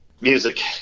Music